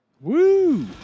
Woo